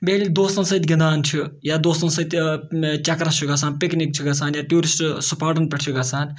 بیٚیہِ ییٚلہِ دوستَن سۭتۍ گِنٛدان چھِ یا دوستَن سۭتۍ چَکرَس چھُ گژھان پِکنِک چھُ گژھان یا ٹیوٗرِسٹ سپاٹَن پٮ۪ٹھ چھِ گژھان